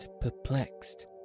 perplexed